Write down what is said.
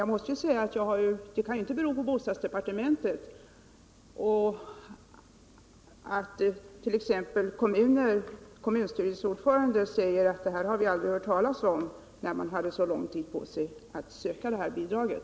Jag måste säga att det inte kan bero på bostadsdepartementet att t.ex. en kommunstyrelseordförande säger: Det här har vi aldrig hört talas om. Man hade ju så lång tid på sig att söka det här bidraget.